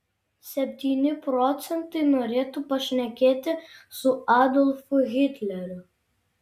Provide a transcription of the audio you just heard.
septyni procentai norėtų pašnekėti su adolfu hitleriu